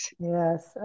Yes